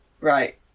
Right